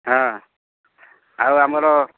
ହଁ ଆଉ ଆମର